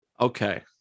Okay